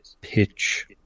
pitch